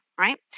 right